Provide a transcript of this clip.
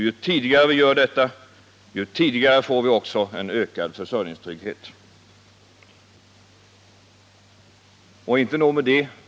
Ju tidigare vi gör detta, desto tidigare får vi också en ökad försörjningstrygghet. Och inte nog med det.